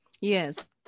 Yes